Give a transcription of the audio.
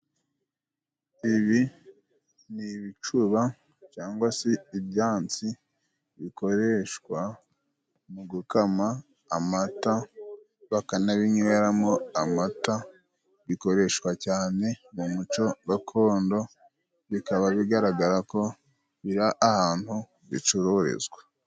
Ibi ni ibicuba cyangwa se ibyansi bikoreshwa mu gukama amata bakanabinyweramo amata. Bikoreshwa cyane mu muco gakondo, bikaba bigaragara ko biri ahantu bicururizwa.